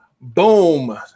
Boom